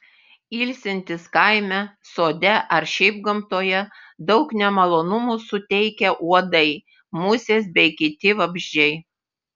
ilsintis kaime sode ar šiaip gamtoje daug nemalonumų suteikia uodai musės bei kiti vabzdžiai